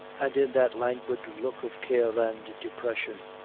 and in that languid look of care and depression,